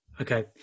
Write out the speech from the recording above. okay